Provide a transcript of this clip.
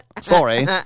Sorry